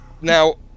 Now